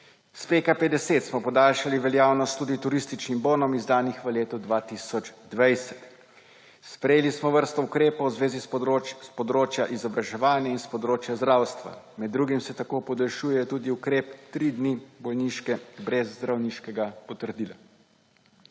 S PKP10 smo podaljšali veljavnost tudi turističnim bonom, izdanih v letu 2020. Sprejeli smo vrsto ukrepov s področja izobraževanja in s področja zdravstva. Med drugim se tako podaljšuje tudi ukrep 3 dni bolniške brez zdravniškega potrdila.